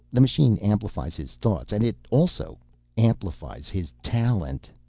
the machine amplifies his thoughts. and it also amplifies his talent!